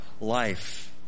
life